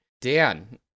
Dan